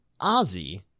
Ozzy